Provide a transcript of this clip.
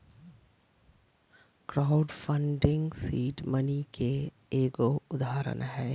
crowd funding seed money के एगो उदाहरण हय